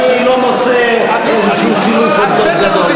אני לא מוצא איזשהו סילוף עובדות גדול.